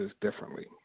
differently